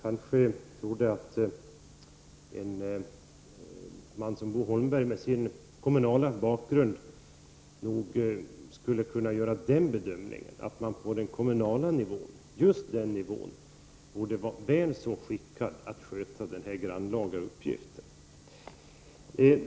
En man som Bo Holmberg med sin bakgrund i kommunalpolitiken skulle nog kunna göra den bedömningen att man just på den kommunala nivån borde vara väl så skickad att sköta denna grannlaga uppgift.